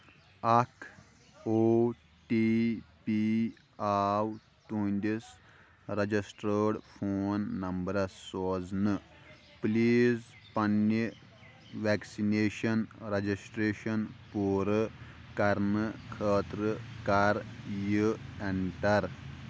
اکھ O T P آو تُہنٛدِس رجسٹرٲڑ فون نمبرَس سوزنہٕ پلیز پنٕنہِ ویکسِنیشن رجسٹریشن پوٗرٕ کرنہٕ خٲطرٕ کر یہِ اینٹر